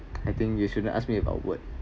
I think you shouldn't ask me about work